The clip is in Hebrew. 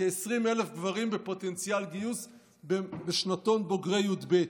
כ-20,000 גברים בפוטנציאל גיוס בשנתון בוגרי י"ב.